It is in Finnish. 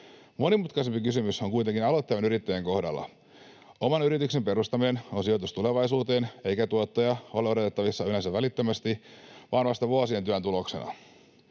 Monimutkaisempi kysymys on kuitenkin aloittavien yrittäjien kohdalla. Oman yrityksen perustaminen on sijoitus tulevaisuuteen, eikä tuottoja ole odotettavissa yleensä välittömästi vaan vasta vuosien työn tuloksena.